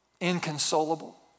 inconsolable